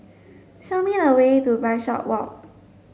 show me the way to Bishopswalk